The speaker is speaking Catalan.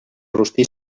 rostir